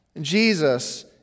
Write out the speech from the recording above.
Jesus